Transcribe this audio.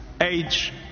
age